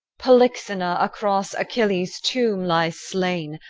polyxena across achilles' tomb lies slain,